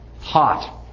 hot